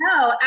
No